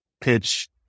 pitch